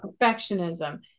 perfectionism